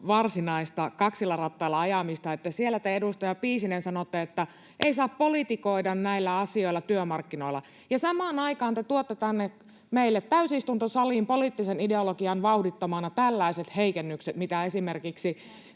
varsinaista kaksilla rattailla ajamista, että siellä te, edustaja Piisinen, sanotte, että ”ei saa politikoida näillä asioilla työmarkkinoilla”. Ja samaan aikaan te tuotte tänne meille täysistuntosaliin poliittisen ideologian vauhdittamana tällaiset heikennykset, mitä esimerkiksi